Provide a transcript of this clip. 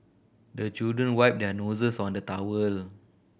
the children wipe their noses on the towel